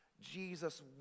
Jesus